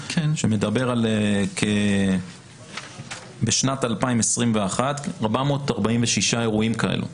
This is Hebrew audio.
שמדבר על כך שבשנת 2021 446 אירועים כאלה.